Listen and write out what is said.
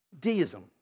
Deism